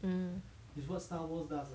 mm